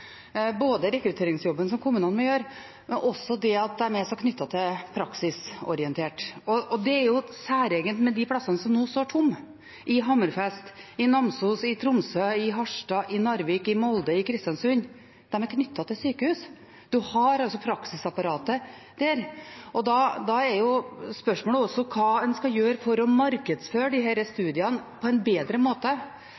både rekrutteringsjobben som kommunene må gjøre, og også det at man er så praksisorientert. Det er jo særegent med de plassene som nå står tomme – i Hammerfest, i Namsos, i Tromsø, i Harstad, i Narvik, i Molde og i Kristiansund – at de er knyttet til sykehus, man har praksisapparatet der. Da er spørsmålet hva man skal gjøre for å markedsføre